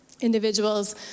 individuals